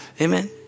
Amen